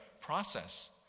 process